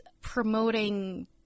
promoting